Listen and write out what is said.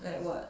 like what